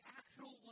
actual